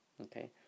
okay